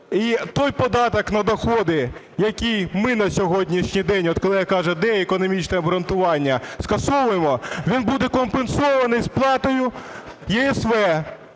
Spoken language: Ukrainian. І той податок на доходи, який ми на сьогоднішній день… От колега каже: "Де економічне обґрунтування?" Скасовуємо, він буде компенсований сплатою ЄСВ,